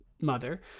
mother